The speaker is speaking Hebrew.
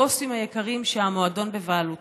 הבוסים היקרים שהמועדון בבעלותם.